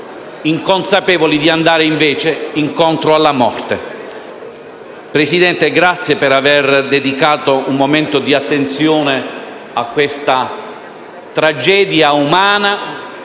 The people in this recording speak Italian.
inconsapevoli di andare invece incontro alla morte. Signor Presidente, la ringrazio per aver dedicato un momento di attenzione a questa tragedia umana